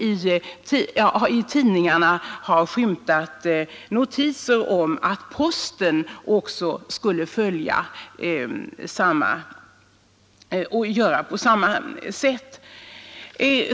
I tidningarna har man skymtat notiser om att också posten kommer att kräva detsamma.